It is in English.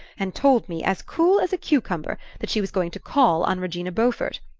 and told me, as cool as a cucumber, that she was going to call on regina beaufort.